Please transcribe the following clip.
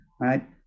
right